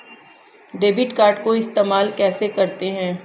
Debit card को इस्तेमाल कैसे करते हैं?